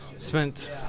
Spent